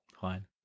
fine